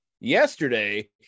yesterday